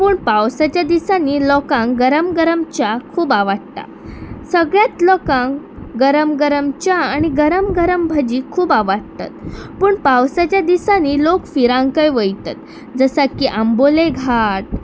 पूण पावसाच्या दिसांनी लोकांक गरम गरम च्या खूब आवाडटा सगळ्यांत लोकांक गरम गरम च्या आनी गरम गरम भजी खूब आवाडटात पूण पावसाच्या दिसांनी लोक फिरांकय वयतत जसा की आंबोले घाट